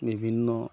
বিভিন্ন